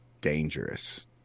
dangerous